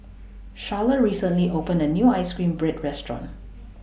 Charla recently opened A New Ice Cream Bread Restaurant